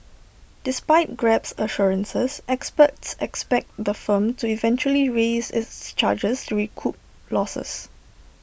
despite grab's assurances experts expect the firm to eventually raise its charges to recoup losses